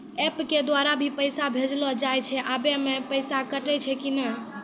App के द्वारा भी पैसा भेजलो जाय छै आबै मे पैसा कटैय छै कि नैय?